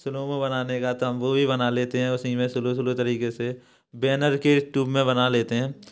बनाने का तो हम वो ही बना लेते हैं उसी में स्लो स्लो तरीके से बैनर के ट्यूब में बना लेते हैं